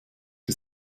für